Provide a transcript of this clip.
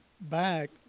back